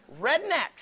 rednecks